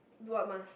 what mask